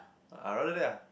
I rather that ah